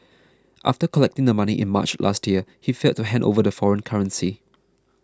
after collecting the money in March last year he failed to hand over the foreign currency